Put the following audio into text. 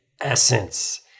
essence